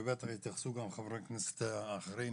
ובטח יתייחסו גם חברי הכנסת האחרים,